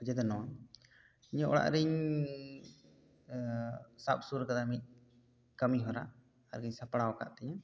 ᱚᱡᱮ ᱫᱚ ᱱᱚᱣᱟ ᱤᱧᱟᱹᱜ ᱚᱲᱟᱜ ᱨᱮᱧ ᱥᱟᱵ ᱥᱩᱨ ᱟᱠᱟᱫᱟ ᱢᱤᱫ ᱠᱟᱹᱢᱤ ᱦᱚᱨᱟ ᱥᱟᱯᱲᱟᱣ ᱟᱠᱟᱫ ᱛᱮᱧ